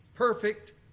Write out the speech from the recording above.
Perfect